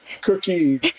cookie